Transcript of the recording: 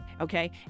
okay